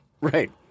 Right